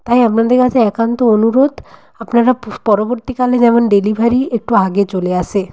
তাই আপনাদের কাছে একান্ত অনুরোধ আপনারা পরবর্তীকালে যেমন ডেলিভারি একটু আগে চলে আসে